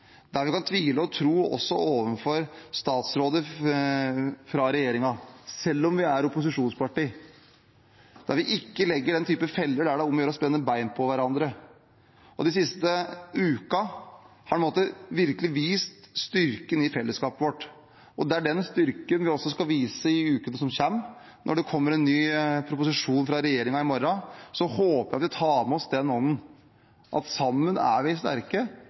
kan tvile og tro også overfor statsråder fra regjeringen, selv om vi er opposisjonspartier, og at vi ikke legger feller der det er om å gjøre å spenne bein på hverandre. Den siste uken har virkelig vist styrken i fellesskapet vårt. Det er den styrken vi også skal vise i ukene som kommer. Når det kommer en ny proposisjon fra regjeringen i morgen, håper jeg at vi tar med oss den ånden at sammen er vi sterke.